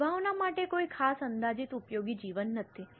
સદ્ભાવના માટે કોઈ ખાસ અંદાજિત ઉપયોગી જીવન નથી